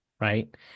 right